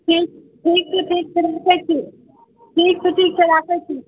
ठीक छै ठीक छै राखै छी